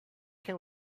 can